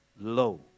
low